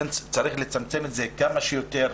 לכן צריך לצמצם את זה כמה שיותר,